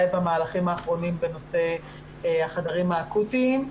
במהלכים האחרונים בנושא החדרים האקוטיים.